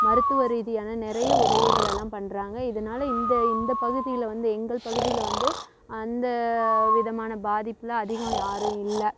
மருத்துவ ரீதியான நிறையா உதவிகளெல்லாம் பண்ணுறாங்க இதனால் இந்த இந்த பகுதியில் வந்து எங்கள் பகுதியில் வந்து அந்த விதமான பாதிப்பெலாம் அதிகம் யாரும் இல்லை